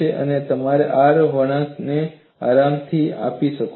અને તમારો R વળાંક ખ્યાલ તમને તે આરામ આપે છે